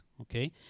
Okay